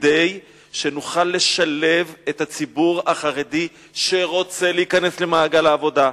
כדי שנוכל לשלב את הציבור החרדי שרוצה להיכנס למעגל העבודה,